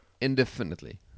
indefinitely